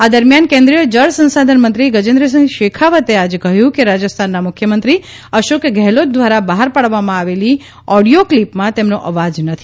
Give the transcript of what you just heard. આ દરમિયાન કેન્દ્રીય જળ સંસાધન મંત્રી ગજેન્દ્રસિંહ શેખાવતે આજે કહ્યું કે રાજસ્થાનના મુખ્યમંત્રી અશોક ગેહલોત દ્વારા બહાર પાડવામાં આવેલી ઑડિઓ ક્લિપમાં તેમનો અવાજ નથી